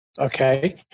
Okay